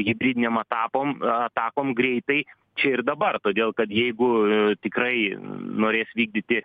hibridinėm etapom atakom greitai čia ir dabar todėl kad jeigu tikrai norės vykdyti